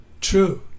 True